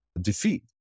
defeat